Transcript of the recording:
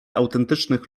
autentycznych